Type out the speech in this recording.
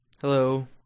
Hello